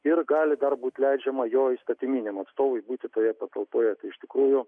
ir gali dar būti leidžiama jo įstatyminiam atstovui būti toje patalpoje tai iš tikrųjų